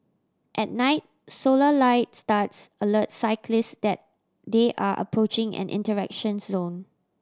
at night solar lights studs alerts cyclist that they are approaching an interaction zone